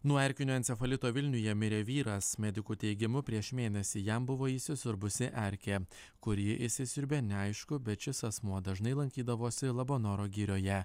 nuo erkinio encefalito vilniuje mirė vyras medikų teigimu prieš mėnesį jam buvo įsisiurbusi erkė kur ji įsisiurbė neaišku bet šis asmuo dažnai lankydavosi labanoro girioje